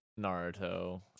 Naruto